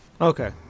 Okay